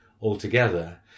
altogether